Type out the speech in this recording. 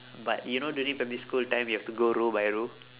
but you know during primary school time you have to go row by row